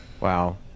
Wow